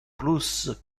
plus